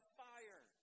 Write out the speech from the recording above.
fire